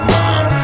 Mom